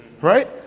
Right